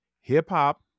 Hip-hop